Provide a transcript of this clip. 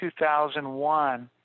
2001